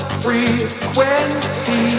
frequency